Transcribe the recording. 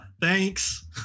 thanks